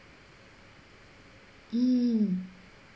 mm